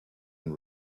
and